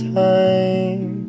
time